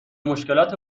مشکلات